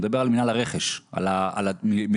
הרבה מאוד בגלל